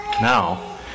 Now